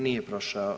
Nije prošao.